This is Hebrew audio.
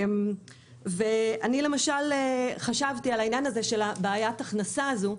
למשל חשבתי על בעיית ההכנסה הזאת.